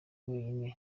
wenyine